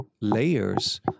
layers